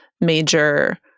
major